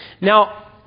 Now